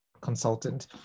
consultant